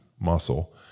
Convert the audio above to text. muscle